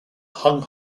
hung